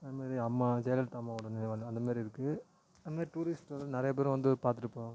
அந்த மாதிரி அம்மா ஜெயலலிதா அம்மாவோடய நினைவாலயம் அந்த மாதிரி இருக்குது அந்த மாதிரி டூரிஸ்ட்டு வந்து நிறையா பேரும் வந்து பார்த்துட்டு போவாங்க